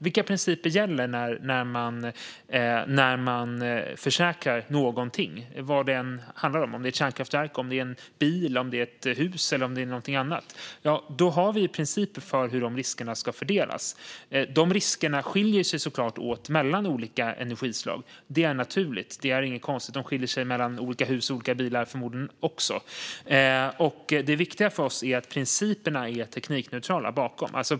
Vilka principer gäller när man försäkrar någonting, vad det än handlar om? Det kan gälla ett kärnkraftverk, en bil, ett hus eller någonting annat. Vi har principer för hur de riskerna ska fördelas. Riskerna skiljer sig såklart åt mellan olika energislag. Det är naturligt. Det är inget konstigt. De skiljer sig förmodligen åt mellan olika hus och olika bilar också. Det viktiga för oss är att principerna bakom är teknikneutrala.